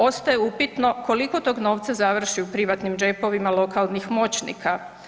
Ostaje upitno, koliko tog novca završi u privatnim džepovima lokalnih moćnika.